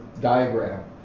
diagram